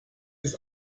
des